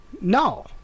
No